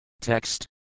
Text